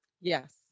yes